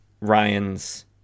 Ryan's